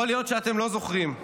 יכול להיות שאתם לא זוכרים,